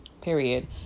period